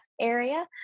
area